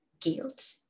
guilt